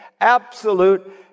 Absolute